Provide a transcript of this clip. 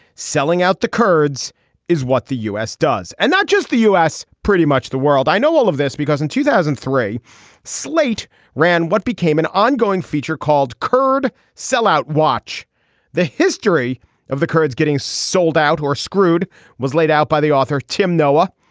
selling out the kurds is what the u s. does and not just the us pretty much the world i know all of this because in two thousand and three slate ran what became an ongoing feature called kurd sellout. watch the history of the kurds getting sold out or screwed was laid out by the author tim noah.